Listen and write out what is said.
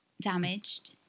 damaged